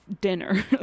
dinner